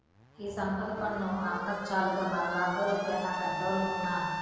ఈ సంపద పన్ను అక్కచ్చాలుగ మనలాంటోళ్లు కేనా పెద్దోలుకున్నా